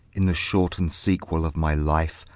in the shorten'd sequel of my life,